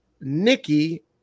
Nikki